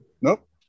Nope